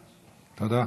תודה.